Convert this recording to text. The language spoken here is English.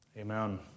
Amen